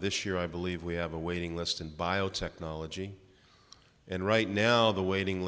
this year i believe we have a waiting list in biotechnology and right now the waiting